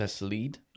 lead